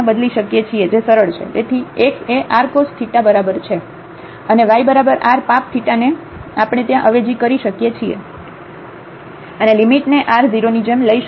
તેથી x એ r cos theta બરાબર છે અનેyબરાબર આર પાપ થેટાને આપણે ત્યાં અવેજી કરી શકીએ છીએ અને લિમિટને આર 0 ની જેમ લઈએ છીએ